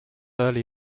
early